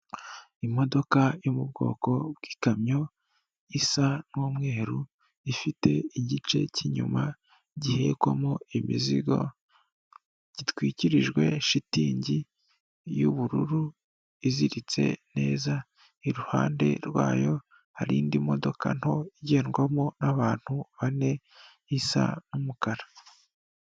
Imodoka yo mu bwoko bw'ikamyo, isa n'umweru , ifite igice cy'inyuma gihekwamo imizigo, gitwikirijwe shitingi y'ubururu iziritse neza, iruhande rwayo hari indi modoka nto igendwamo abantu bane isa n'umukara.